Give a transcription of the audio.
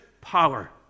power